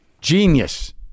genius